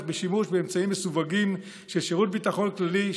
בשימוש באמצעים מסווגים של שירות ביטחון כללי,